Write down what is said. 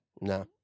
No